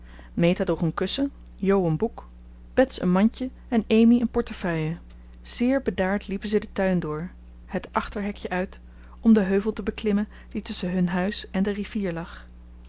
meta droeg een kussen jo een boek bets een mandje en amy een portefeuille zeer bedaard liepen ze den tuin door het achterhekje uit om den heuvel te beklimmen die tusschen hun huis en de rivier lag